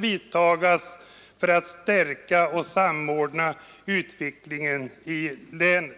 vidtas för att stärka och samordna utvecklingen i länet.